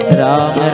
ram